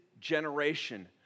generation